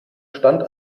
stand